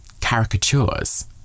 caricatures